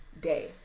day